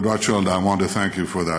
Lord Rothschild, I want to thank you for the